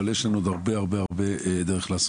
אבל יש לנו עוד הרבה-הרבה דרך לעשות